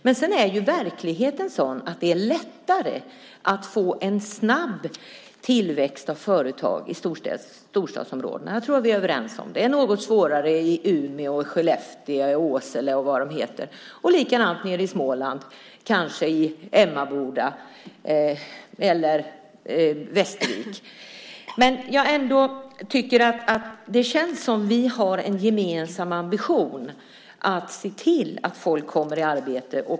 Men sedan är verkligheten sådan att det är lättare att få en snabb tillväxt av företag i storstadsområden. Det tror jag att vi är överens om. Däremot är det något svårare i Umeå, Skellefteå, Åsele och vad nu platserna heter. Likadant är det nere i Småland, kanske i Emmaboda eller i Västervik. Det känns ändå som att vi gemensamt har ambitionen att se till att folk kommer i arbete.